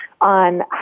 on